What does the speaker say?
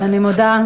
פותחים להם תיקים,